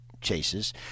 chases